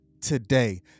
today